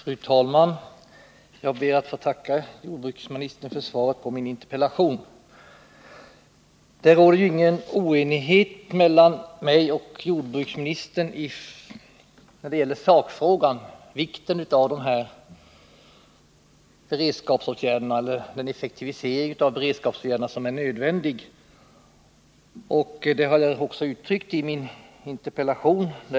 Fru talman! Jag ber att få tacka jordbruksministern för svaret på min interpellation. Det råder ingen oenighet mellan jordbruksministern och mig när det gäller sakfrågan — nödvändigheten av en effektivisering av beredskapsåtgärderna. Detta har jag också uttryckt i min interpellation.